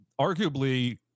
Arguably